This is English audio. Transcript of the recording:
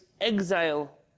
exile